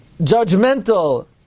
judgmental